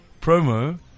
promo